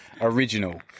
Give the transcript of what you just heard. original